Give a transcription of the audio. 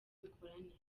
imikoranire